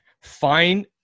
find